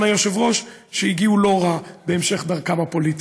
היושב-ראש שהגיעו לא רע בהמשך דרכם הפוליטית.